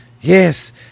yes